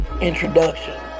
introduction